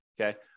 Okay